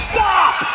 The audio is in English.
Stop